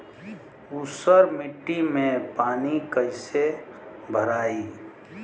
ऊसर मिट्टी में पानी कईसे भराई?